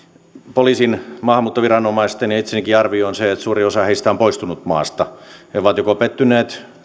poliisin maahanmuuttoviranomaisten ja omakin arvioni on se että suurin osa heistä on poistunut maasta he ovat joko pettyneet